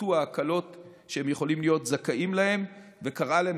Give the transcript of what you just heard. פורטו ההקלות שהם יכולים להיות זכאים להן וקראה להם